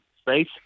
space